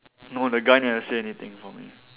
no the guy never say anything for me